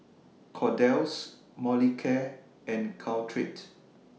Kordel's Molicare and Caltrate